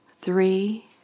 Three